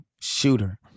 shooter